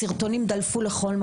הסרטונים דלפו לכל מקום.